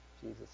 Jesus